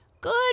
Good